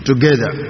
Together